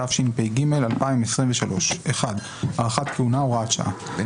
התשפ"ג 2023 1. הארכת כהונה הוראת שעה על